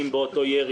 אם באותו ירי